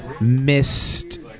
missed